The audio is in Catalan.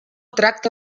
tracta